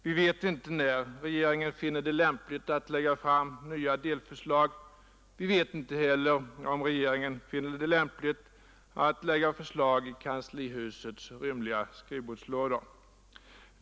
Vi vet inte när regeringen finner det lämpligt att lägga fram nya delförslag. Vi vet inte heller, om regeringen anser det lämpligare att låta förslagen ligga i kanslihusets rymliga skrivbordslådor.